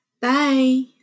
Bye